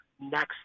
next